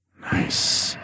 Nice